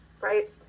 right